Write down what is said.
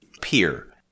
peer